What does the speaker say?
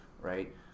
right